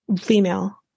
female